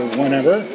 whenever